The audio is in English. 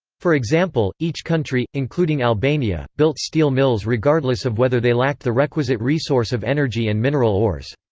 for example, each country, including albania, built steel mills regardless of whether they lacked the requisite resource of energy and mineral ores.